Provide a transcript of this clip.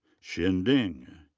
xin ding.